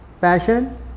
passion